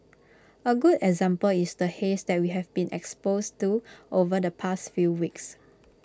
A good example is the haze that we have been exposed to over the past few weeks